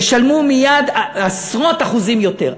ישלמו מייד עשרות אחוזים יותר.